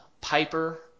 Piper